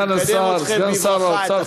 אדוני סגן שר האוצר,